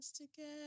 together